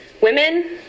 Women